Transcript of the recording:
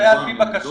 היו על פי בקשה.